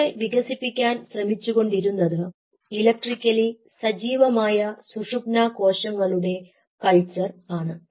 ഞങ്ങൾ വികസിപ്പിക്കാൻ ശ്രമിച്ചുകൊണ്ടിരുന്നത് ഇലക്ട്രിക്കലി സജീവമായ സുഷുമ്നാ കോശങ്ങളുടെ കൾച്ചർ ആണ്